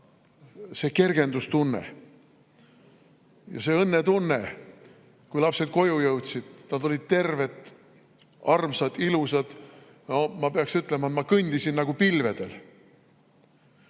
see kergendustunne ja see õnnetunne, kui lapsed koju jõudsid! Nad olid terved, armsad, ilusad. Ma peaks ütlema, et ma kõndisin nagu pilvedel.